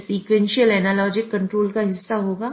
यह sequential analogic control का हिस्सा होगा